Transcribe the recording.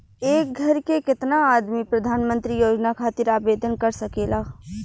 एक घर के केतना आदमी प्रधानमंत्री योजना खातिर आवेदन कर सकेला?